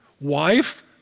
Wife